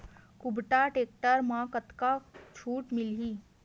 कुबटा टेक्टर म कतका छूट मिलही?